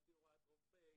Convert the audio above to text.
על פי הוראת רופא,